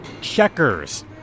Checkers